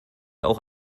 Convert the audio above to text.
auch